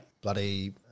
bloody